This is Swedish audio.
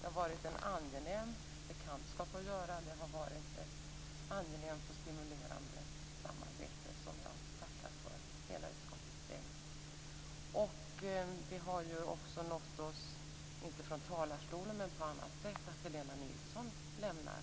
Det har varit en angenäm bekantskap, och det har varit ett angenämt och stimulerande samarbete som jag å hela utskottets vägnar tackar för. Från annat håll har det nått oss att Helena Nilsson lämnar